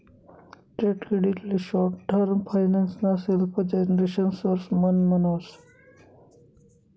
trade credit ले short term finance ना self generation source पण म्हणावस